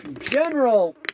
general